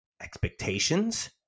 expectations